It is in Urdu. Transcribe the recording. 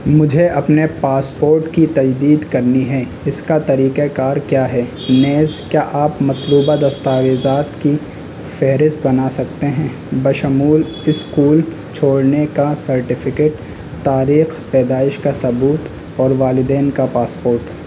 مجھے اپنے پاسپورٹ کی تجدید کرنی ہے اس کا طریقہ کار کیا ہے نیز کیا آپ مطلوبہ دستاویزات کی فہرست بنا سکتے ہیں بشمول اسکول چھوڑنے کا سرٹیفکیٹ تاریخ پیدائش کا ثبوت اور والدین کا پاسپورٹ